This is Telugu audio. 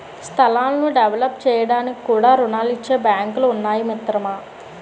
స్థలాలను డెవలప్ చేయడానికి కూడా రుణాలిచ్చే బాంకులు ఉన్నాయి మిత్రమా